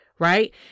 Right